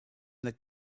the